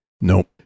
Nope